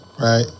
right